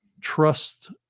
trust